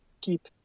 keep